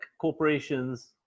corporations